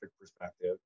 perspective